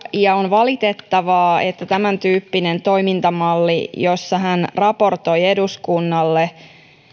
ja on valitettavaa että tämäntyyppinen toimintamalli jossa hän raportoi eduskunnalle